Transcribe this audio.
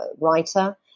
writer